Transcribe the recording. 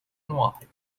واحد